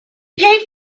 paid